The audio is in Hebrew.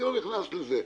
אני לא נכנס לזה.